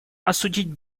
осудить